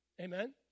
Amen